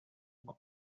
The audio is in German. grund